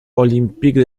olympique